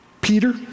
Peter